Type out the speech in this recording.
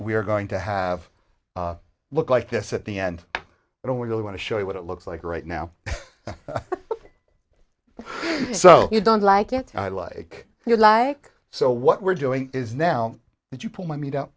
we are going to have a look like this at the end i don't really want to show you what it looks like right now so you don't like it i like you like so what we're doing is now that you pull my m